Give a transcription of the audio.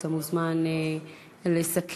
אני יכול לעשות פיליבסטר,